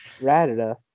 ratata